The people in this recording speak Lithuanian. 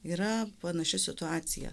yra panaši situacija